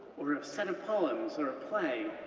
or a set of poems, or a play,